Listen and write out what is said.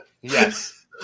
Yes